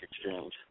Exchange